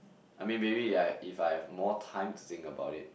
I mean maybe like if I have more time to think about it